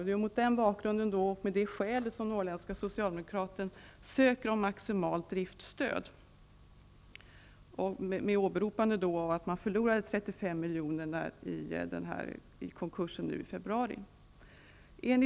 Det är med detta som skäl som Norrländska Socialdemokraten söker om maximalt driftstöd, med åberopande av att man förlorade 35 miljoner i konkursen i februari.